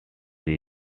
rich